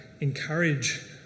encourage